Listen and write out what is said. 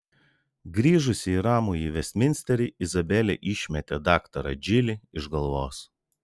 grįžusi į ramųjį vestminsterį izabelė išmetė daktarą džilį iš galvos